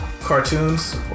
cartoons